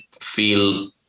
feel